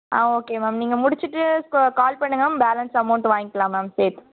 ஆ okay ma'am நீங்கள் முடிச்சுட்டு call பண்ணுங்க பேலன்ஸ் அமவுண்டு வாங்கிக்கலாம் மேம் சேர்த்து